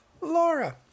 Laura